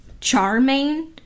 charming